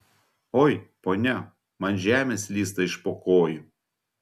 oi ponia man žemė slysta iš po kojų